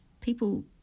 People